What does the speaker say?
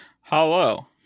Hello